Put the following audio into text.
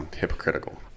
Hypocritical